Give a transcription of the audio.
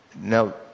Now